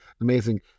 Amazing